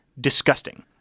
disgusting